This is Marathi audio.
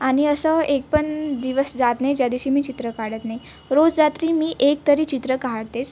आणि असं एक पण दिवस जात नाही ज्या दिवशी मी चित्र काढत नाही रोज रात्री मी एक तरी चित्र काढतेच